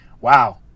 wow